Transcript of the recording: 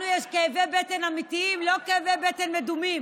לנו יש כאבי בטן אמיתיים, לא כאבי בטן מדומים.